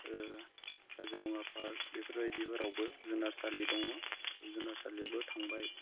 Kaziranga park बेफोरबायदिफोरावबो जुनारसालि दङ बे जुनारसालियावबो थांबाय